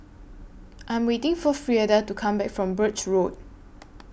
I Am waiting For Frieda to Come Back from Birch Road